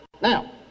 Now